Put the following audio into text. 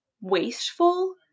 wasteful